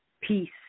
peace